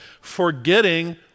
forgetting